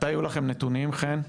מתי יהיו לכם נתונים, חן?